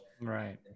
right